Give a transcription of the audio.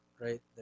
right